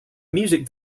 music